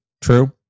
True